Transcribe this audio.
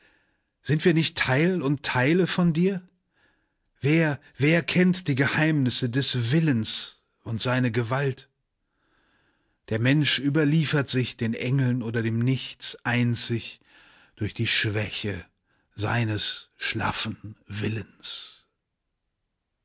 sind wir nicht teil und teile von dir wer wer kennt die geheimnisse des willens und seine gewalt der mensch überliefert sich den engeln oder dem nichts einzig durch die schwäche seines schlaffen willens